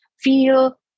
feel